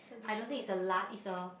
I don't think is a li~ is a